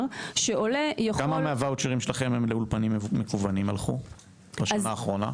כמה מהוואוצ'רים שלכם הלכו לאולפנים מקוונים בשנה האחרונה?